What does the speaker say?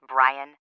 Brian